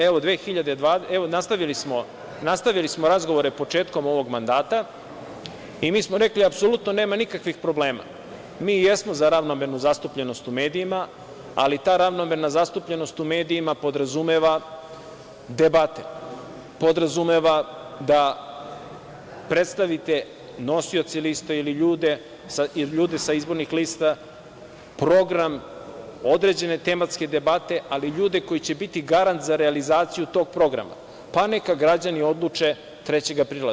Evo, nastavili smo razgovore početkom ovog mandata i mi smo rekli – apsolutno nema nikakvih problema, mi i jesmo za ravnomernu zastupljenost u medijima, ali ta ravnomerna zastupljenost u medijima podrazumeva debate, podrazumeva da predstavite nosioce lista ili ljude sa izbornih lista, program, određene tematske debate, ali i ljude koji će biti garant za realizaciju tog programa, pa neka građani odluče 3. aprila.